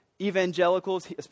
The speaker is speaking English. evangelicals